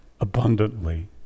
abundantly